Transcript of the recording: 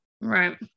Right